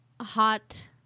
hot